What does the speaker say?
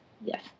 Yes